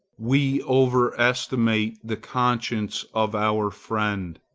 we over-estimate the conscience of our friend.